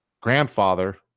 grandfather